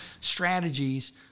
strategies